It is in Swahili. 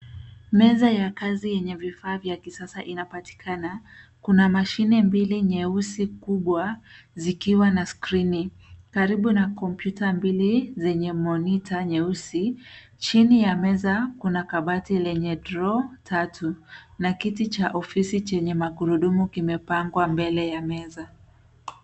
Meza ya kazi yenye vifaa vya kisasa inapatikana. Kuna mashine mbili nyeusi kubwa zikiwa na skirini. Karibu na kompyuta mbili zenye monita nyeusi . Chini ya meza, kuna kabati lenye draw tatu na kiti cha ofisi chenye magurudumu kimepangwa mbele ya meza.